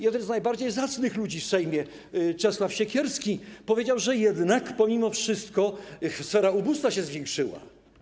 Jeden z najbardziej zacnych ludzi w Sejmie, Czesław Siekierski, powiedział, że jednak pomimo wszystko sfera ubóstwa się zwiększyła.